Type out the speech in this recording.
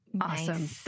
Awesome